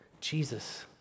Jesus